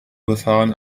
befahren